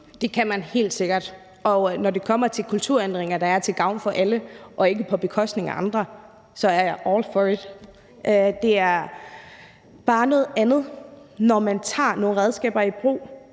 Det kan man helt sikkert, og når det kommer til kulturændringer, der er til gavn for alle og ikke på bekostning af andre, er jeg all for it. Det er bare noget andet, når man tager nogle redskaber i brug,